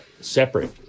separate